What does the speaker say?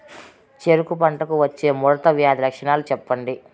చెరుకు పంటకు వచ్చే ముడత వ్యాధి లక్షణాలు చెప్పండి?